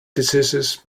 diseases